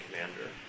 commander